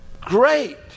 Great